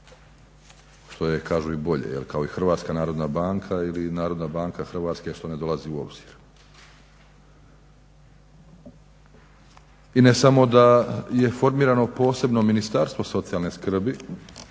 Što je kažu i bolje, kao i Hrvatska narodna banka ili Narodna banka Hrvatske što ne dolazi u obzir. I ne samo da je formirano posebno Ministarstvo socijalne skrbi,